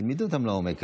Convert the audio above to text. תלמדי אותן לעומק.